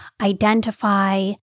identify